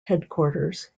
headquarters